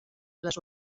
les